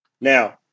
Now